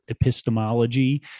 epistemology